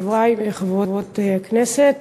חברי וחברות הכנסת,